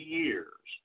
years